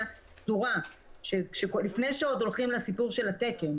סדורה שלפני שעוד הולכים לסיפור של התקן,